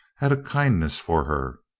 had a kindness for her.